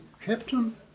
captain